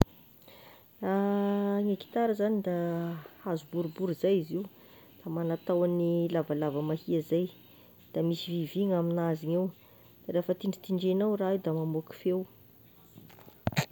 Gne gitara zagny da hazo boribory zay izy io, magna tahoany lavalava mahia zay, de vy gn'aminazy igny eo, de rehefa tindritindrenao io raha io de mamoaky feo.